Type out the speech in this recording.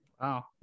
wow